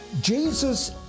Jesus